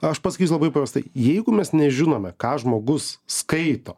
aš pasakysiu labai paprastai jeigu mes nežinome ką žmogus skaito